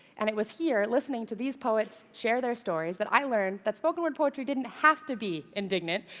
and it was here, listening to these poets share their stories, that i learned that spoken-word poetry didn't have to be indignant,